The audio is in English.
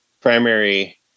primary